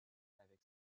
avec